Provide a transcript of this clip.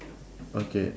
okay